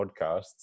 Podcasts